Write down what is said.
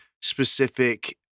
specific